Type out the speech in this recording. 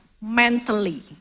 mentally